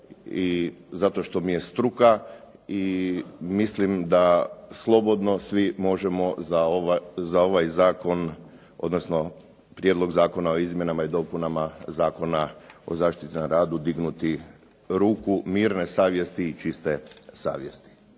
zato što mi je struka i mislim da slobodno svi možemo za ovaj zakon, odnosno Prijedlog zakona o izmjenama i dopunama Zakona o zaštiti na radu dignuti ruku mirne savjesti i čiste savjesti.